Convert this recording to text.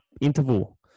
interval